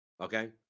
Okay